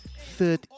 third